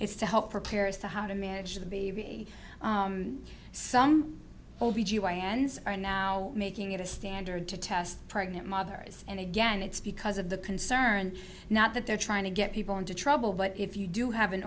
it's to help prepare as to how to manage the b b some o b g y n sir are now making it a standard to test pregnant mothers and again it's because of the concern not that they're trying to get people into trouble but if you do have an